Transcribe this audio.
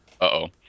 Uh-oh